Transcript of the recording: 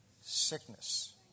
sickness